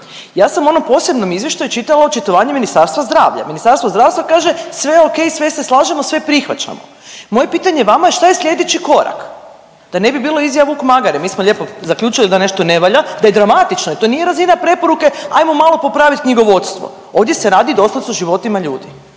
Ja sam u onom posebnom izvještaju čitala očitovanje Ministarstvo zdravlja, Ministarstvo zdravstva kaže sve je okej, sve se slažemo, sve prihvaćamo. Moje pitanje vama je šta je sljedeći korak? Da ne bi bilo izjeo vuk magare, mi smo lijepo zaključili da nešto ne valja, da je dramatično i to nije razina preporuke, ajmo malo popravit knjigovodstvo. Ovdje se radi doslovce o životima ljudi.